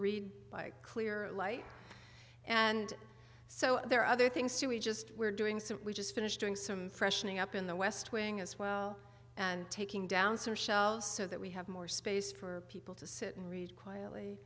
by clear light and so there are other things too we just were doing so we just finished doing some freshening up in the west wing as well and taking down some shelves so that we have more space for people to sit and read quietly